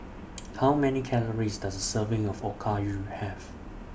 How Many Calories Does A Serving of Okayu Have